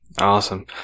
awesome